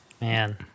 man